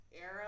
era